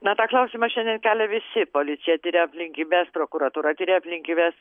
na tą klausimą šiandien kelia visi policija tiria aplinkybes prokuratūra tiria aplinkybes